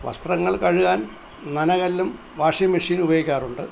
വസ്ത്രങ്ങൾ കഴുകാൻ നനകല്ലും വാഷിങ് മെഷീനുമുപയോഗിക്കാറുണ്ട്